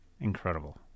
Incredible